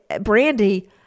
Brandy